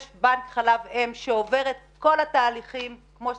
יש בנק חלב אם שעובר את כל התהליכים כמו שצריך.